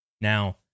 Now